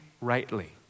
rightly